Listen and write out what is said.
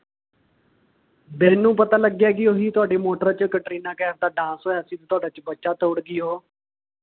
ਮੈਨੂੰ ਪਤਾ ਲੱਗਿਆ ਕਿ ਓਹੀ ਤੁਹਾਡੀ ਮੋਟਰ ਵਿਚ ਕੈਟਰੀਨਾ ਕੈਫ ਦਾ ਡਾਂਸ ਹੋਇਆ ਸੀ ਤੁਹਾਡਾ ਚਵੱਚਾ ਤੋੜ ਗਈ ਉਹ